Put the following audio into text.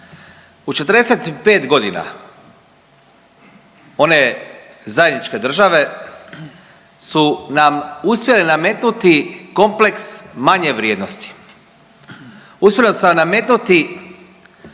U 45.g. one zajedničke države su nam uspjele nametnuti kompleks manje vrijednosti,